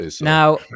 Now